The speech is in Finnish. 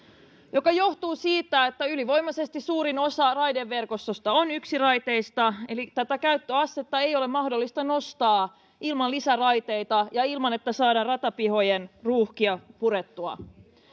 mikä johtuu siitä että ylivoimaisesti suurin osa raideverkostosta on yksiraiteista eli tätä käyttöastetta ei ole mahdollista nostaa ilman lisäraiteita ja ilman että saadaan ratapihojen ruuhkia purettua